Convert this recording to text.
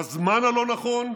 בזמן הלא-נכון,